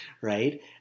right